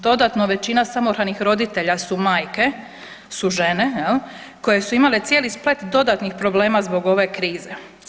Dodatno većina samohranih roditelja su majke, su žene jel, koje su imale cijeli splet dodatnih problema zbog ove krize.